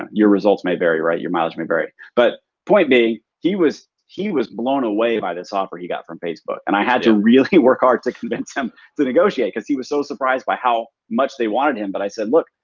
your results may vary right? your mileage may vary, but point being he was he was blown away by this offer he got from facebook, and i had to really work hard to convince him to negotiate cause he was so surprised by how much they wanted him. but i said, look,